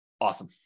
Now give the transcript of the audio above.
Awesome